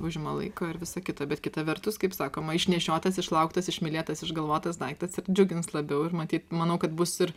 užima laiko ir visa kita bet kita vertus kaip sakoma išnešiotas išlauktas išmylėtas išgalvotas daiktas ir džiugins labiau ir matyt manau kad bus ir